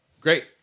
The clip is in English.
Great